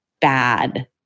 bad